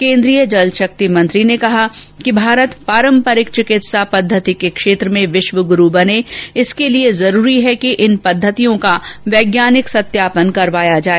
केन्द्रीय जल शक्ति मंत्री ने कहा कि भारत पारंपरिक चिकत्सा पद्धति के क्षेत्र में विश्व गुरू बने इसके लिए जरूरी है कि इन पद्धतियों का वैज्ञानिक सत्यापन करवाया जाए